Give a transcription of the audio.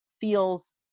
feels